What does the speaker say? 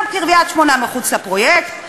גם קריית-שמונה מחוץ לפרויקט.